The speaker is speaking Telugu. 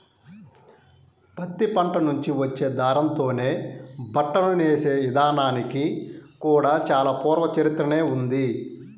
పత్తి పంట నుంచి వచ్చే దారంతోనే బట్టను నేసే ఇదానానికి కూడా చానా పూర్వ చరిత్రనే ఉంది